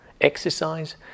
exercise